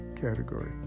category